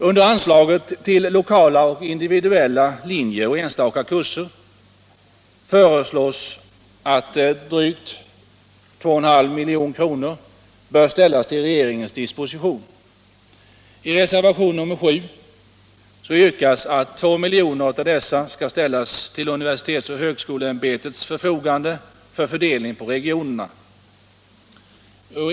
Under anslaget till lokala och individuella linjer och enstaka kurser föreslås att drygt 2,5 milj.kr. bör ställas till regeringens disposition. I reservationen 7 yrkas att 2 milj.kr. härav skall ställas till universitetsoch högskoleämbetets förfogande för fördelning på regionerna.